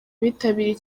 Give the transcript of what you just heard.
bitabiriye